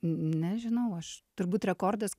nežinau aš turbūt rekordas